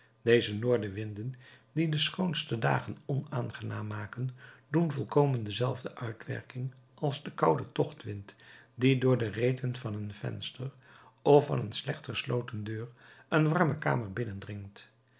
deze noordenwinden die de schoonste dagen onaangenaam maken doen volkomen dezelfde uitwerking als de koude tochtwind die door de reten van een venster of van een slecht gesloten deur een warme kamer binnendringt